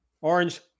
Orange